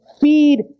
feed